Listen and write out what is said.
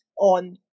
on